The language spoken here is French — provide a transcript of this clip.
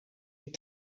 est